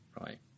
right